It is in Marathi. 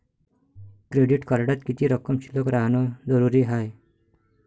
क्रेडिट कार्डात किती रक्कम शिल्लक राहानं जरुरी हाय?